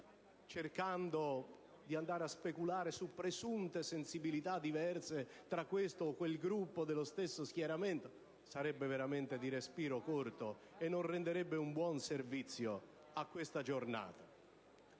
cercando di andare a speculare su presunte sensibilità diverse tra questo o quel Gruppo dello stesso schieramento sarebbe veramente di respiro corto e non renderebbe un buon servizio a questa giornata.